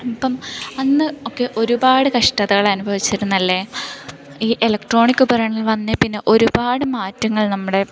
ഇപ്പം അന്ന് ഒക്കെ ഒരുപാട് കഷ്ടതകൾ അനുഭവിച്ചിരുന്നതല്ലേ ഈ എലക്ട്രോണിക് ഉപകരണങ്ങൾ വന്നേപ്പിന്നെ ഒരുപാട് മാറ്റങ്ങൾ നമ്മുടെ